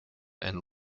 and